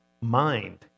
mind